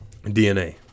DNA